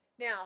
Now